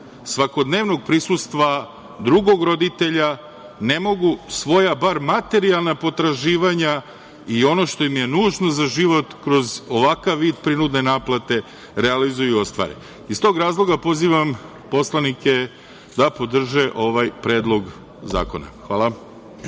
svakodnevnog prisustva drugog roditelja ne mogu svoja bar materijalna potraživanja i ono što im je nužno za život kroz ovakav vid prinudne naplate realizuju i ostvare. Iz tog razloga, pozivam poslanike da podrže ovaj predlog zakona. Hvala. **Ivica